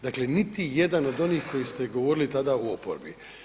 Dakle, niti jedan od onih koji ste govorili tada u oporbi.